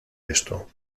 esto